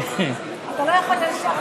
אתה לא יכול ישר,